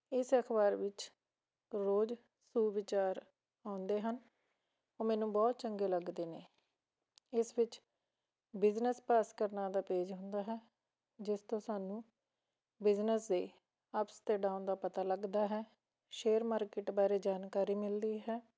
ਇਸ ਅਖਬਾਰ ਵਿੱਚ ਰੋਜ਼ ਸੂ ਵਿਚਾਰ ਆਉਂਦੇ ਹਨ ਓਹ ਮੈਨੂੰ ਬਹੁਤ ਚੰਗੇ ਲੱਗਦੇ ਨੇ ਇਸ ਵਿੱਚ ਬਿਜ਼ਨਸ ਭਾਸਕਰ ਨਾਂ ਦਾ ਪੇਜ ਹੁੰਦਾ ਹੈ ਜਿਸ ਤੋਂ ਸਾਨੂੰ ਬਿਜ਼ਨਸ ਦੀ ਅਪਸ ਅਤੇ ਡਾਊਨ ਦਾ ਪਤਾ ਲੱਗਦਾ ਹੈ ਸ਼ੇਅਰ ਮਾਰਕੀਟ ਬਾਰੇ ਜਾਣਕਾਰੀ ਮਿਲਦੀ ਹੈ